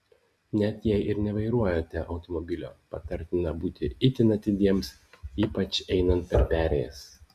net jei ir nevairuojate automobilio patartina būti itin atidiems ypač einant per perėjas